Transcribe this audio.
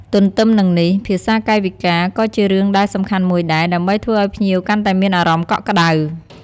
ទន្ទឹមនឹងនេះ ភាសាកាយវិការ ក៏ជារឿងដែលសំខាន់មួយដែរ ដើម្បីធ្វើឲ្យភ្ញៀវកាន់តែមានអារម្មណ៍កក់ក្តៅ។